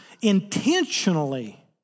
intentionally